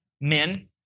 men